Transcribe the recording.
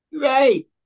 Right